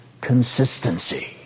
consistency